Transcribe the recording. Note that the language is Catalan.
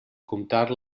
comptar